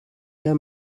the